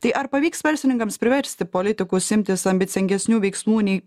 tai ar pavyks verslininkams priversti politikus imtis ambicingesnių veiksmų nei